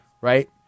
right